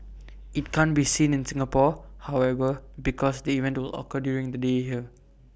IT can't be seen in Singapore however because the event will occur during the day here